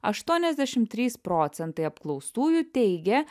aštuoniasdešimt trys procentai apklaustųjų teigė